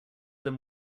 them